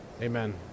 Amen